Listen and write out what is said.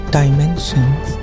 dimensions